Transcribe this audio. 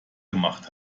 gemacht